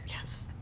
Yes